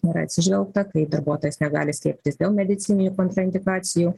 nėra atsižvelgta kai darbuotojas negali skiepytis dėl medicininių kontraindikacijų